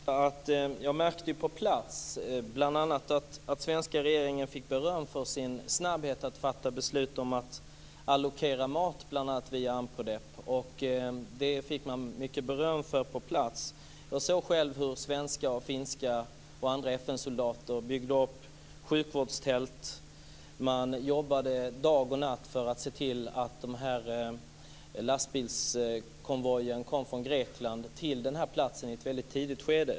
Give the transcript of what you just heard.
Fru talman! Jag märkte på plats att den svenska regeringen fick mycket beröm för sina snabba beslut om att allokera mat, bl.a. via Unpredep. Jag såg själv hur svenska, finska och andra FN-soldater byggde upp sjukvårdstält. De jobbade dag och natt för att se till att lastbilskonvojen kom från Grekland i ett tidigt skede.